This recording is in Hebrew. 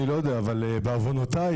אבל בעוונותיי,